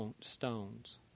stones